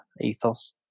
ethos